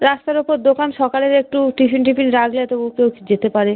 রাস্তার ওপর দোকান সকালের একটু টিফিন টিফিন রাখলে তবু কেউ যেতে পারে